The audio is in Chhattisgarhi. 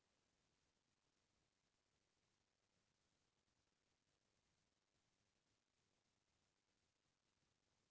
अलग अलग राज म अलगे अलग नसल के छेरी बोकरा मिलथे जेन ल मनसे मन पोसे रथें